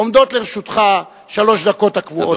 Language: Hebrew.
עומדות לרשותך שלוש דקות הקבועות בחוק,